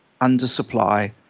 undersupply